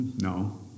No